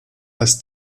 das